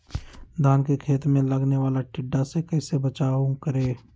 धान के खेत मे लगने वाले टिड्डा से कैसे बचाओ करें?